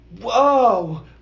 Whoa